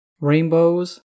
rainbows